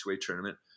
tournament